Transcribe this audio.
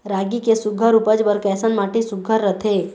रागी के सुघ्घर उपज बर कैसन माटी सुघ्घर रथे?